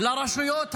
לרשויות הערביות.